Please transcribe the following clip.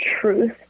truth